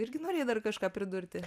irgi norėjai dar kažką pridurti